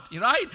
right